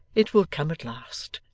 it will come at last